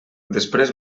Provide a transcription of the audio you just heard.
després